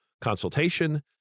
consultation